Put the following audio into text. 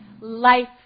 life